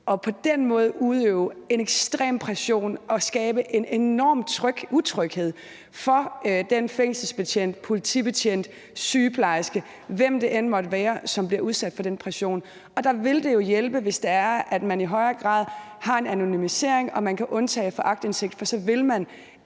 og på den måde udøve en ekstrem pression og skabe en enorm utryghed for den fængselsbetjent, politibetjent, sygeplejerske, eller hvem det end måtte være, som bliver udsat for den pression. Og der vil det jo hjælpe, hvis man i højere grad har en anonymisering og kan undtage fra aktindsigt, for så vil man